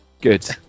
Good